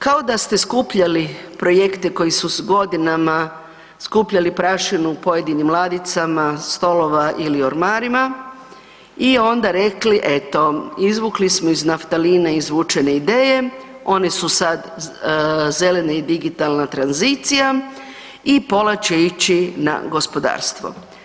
Kao da ste skupljali projekte koji su godinama skupljali prašinu u pojedinim ladicama stolova ili ormarima i onda rekli eto izvukli smo iz naftalina izvučene ideje, one su sad zelena i digitalna tranzicija i pola će ići na gospodarstvo.